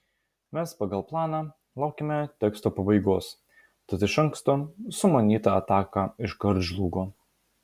mes pagal planą laukėme teksto pabaigos tad iš anksto sumanyta ataka iškart žlugo